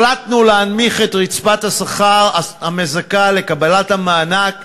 החלטנו להנמיך את רצפת השכר המזכה בקבלת המענק